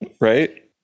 Right